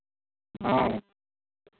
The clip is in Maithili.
हँ